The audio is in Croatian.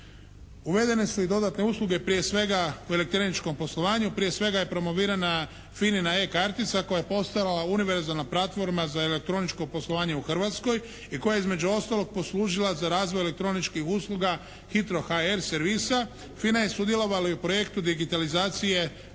Uvedene su i dodatne usluge prije svega u elektroničkom poslovanju, prije svega je promovirana FINA-na E-kartica koja je postala univerzalna platforma za elektroničko poslovanje u Hrvatskoj i koja je između ostalog poslužila za razvoj elektroničkih usluga Hitro.hr servisa, FINA je sudjelovala i u projektu digitalizacije zemljišnih